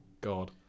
God